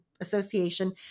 association